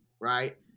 right